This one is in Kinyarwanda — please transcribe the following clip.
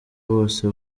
bose